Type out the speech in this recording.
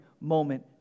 moment